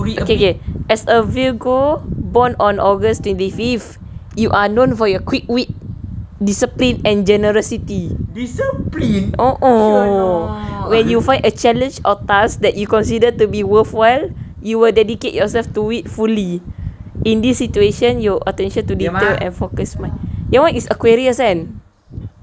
okay okay as a virgo born on august twenty fifth you are known for your quick wit discipline and generosity oh oh when you find a challenge or task that you consider to be worth well you will dedicate yourself to it fully in this situation your attention to details and focus much your [one] is aquarius kan